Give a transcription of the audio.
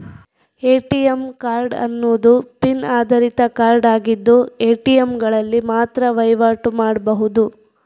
ATM card ಅನ್ನುದು PIN ಆಧಾರಿತ card ಆಗಿದ್ದು ಎ.ಟಿ.ಎಂಗಳಲ್ಲಿ ಮಾತ್ರ ವೈವಾಟು ಮಾಡ್ಬಹುದು